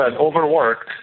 Overworked